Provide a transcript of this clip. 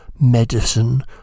medicine